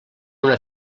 una